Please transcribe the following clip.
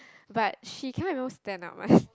but she cannot even stand up one